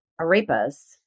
arepas